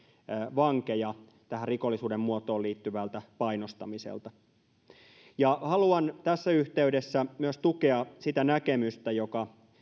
vankeja tähän rikollisuuden muotoon liittyvältä painostamiselta haluan tässä yhteydessä myös tukea sitä näkemystä joka